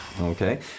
Okay